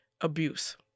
abuse